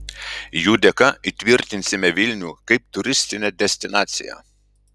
jų dėka įtvirtinsime vilnių kaip turistinę destinaciją